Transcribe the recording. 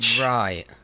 right